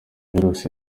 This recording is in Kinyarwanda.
virusi